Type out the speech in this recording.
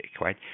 right